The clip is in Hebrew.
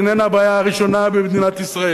איננה הבעיה הראשונה במדינת ישראל,